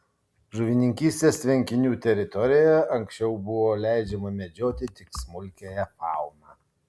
žuvininkystės tvenkinių teritorijoje anksčiau buvo leidžiama medžioti tik smulkiąją fauną